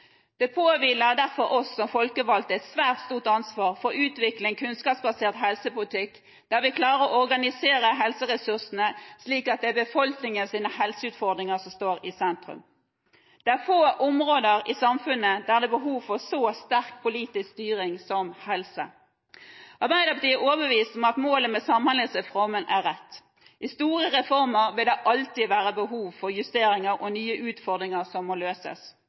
Det påhviler derfor oss som folkevalgte et svært stort ansvar for å utvikle en kunnskapsbasert helsepolitikk, der vi klarer å organisere helseressursene slik at det er befolkningens helseutfordringer som står i sentrum. Det er få områder i samfunnet der det er behov for så sterk politisk styring som helse. Arbeiderpartiet er overbevist om at målet med Samhandlingsreformen er rett. Ved store reformer vil det alltid være behov for justeringer og for å løse nye utfordringer.